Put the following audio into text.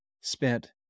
spent